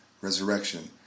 resurrection